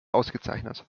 ausgezeichnet